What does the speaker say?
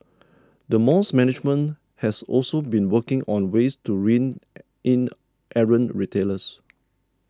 the mall's management has also been working on ways to rein in errant retailers